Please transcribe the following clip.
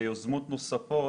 ויוזמות נוספות,